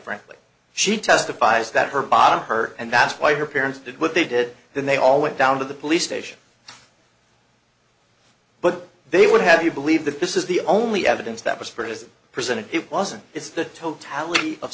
frankly she testifies that her bottom her and that's why her parents did what they did then they all went down to the police station but they would have you believe that this is the only evidence that was for it as presented it wasn't it's the tot